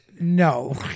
No